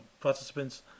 participants